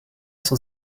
cent